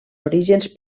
orígens